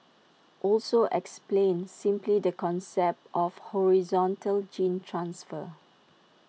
also explained simply the concept of horizontal gene transfer